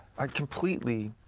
i completely,